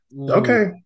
Okay